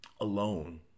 alone